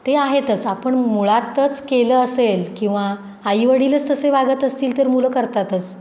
ते आहेतच आपण मुळातच केलं असेल किंवा आईवडीलच तसे वागत असतील तर मुलं करतातच